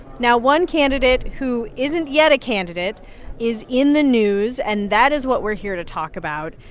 now, one candidate who isn't yet a candidate is in the news, and that is what we're here to talk about.